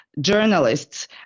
journalists